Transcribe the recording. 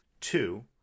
two